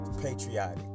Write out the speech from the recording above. patriotic